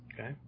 Okay